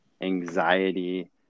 anxiety